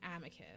amicus